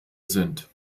sind